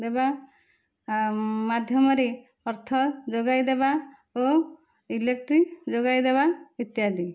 ଦେବା ମାଧ୍ୟମରେ ଅର୍ଥ ଯୋଗାଇ ଦେବା ଓ ଇଲେକ୍ଟ୍ରିକ୍ ଯୋଗାଇ ଦେବା ଇତ୍ୟାଦି